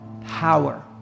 power